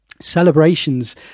Celebrations